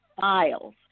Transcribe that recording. files